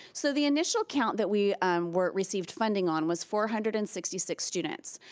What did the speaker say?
so the initial count that we were received funding on was four hundred and sixty six students,